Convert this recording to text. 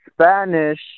Spanish